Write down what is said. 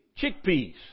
chickpeas